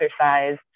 exercise